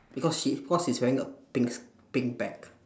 because he of course he's wearing a pink s~ pink bag